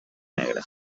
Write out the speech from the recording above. negra